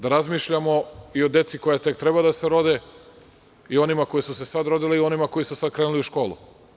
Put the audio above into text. Da razmišljamo i o deci koja tek treba da se rode i onima koji su se sad rodili i onima koji su sada krenuli u školu.